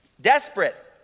Desperate